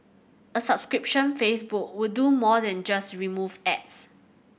a subscription Facebook would do more than just remove ads